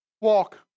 Walk